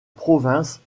province